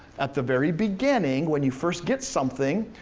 at the very beginning, when you first get something,